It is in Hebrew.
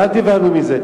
ואל תיבהלו מזה,